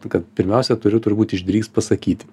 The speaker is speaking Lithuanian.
kad pirmiausia turiu turbūt išdrįst pasakyti